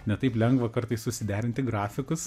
ne taip lengva kartais susiderinti grafikus